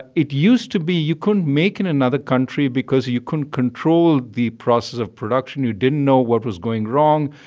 it used to be you couldn't make in another country because you couldn't control the process of production. you didn't know what was going wrong.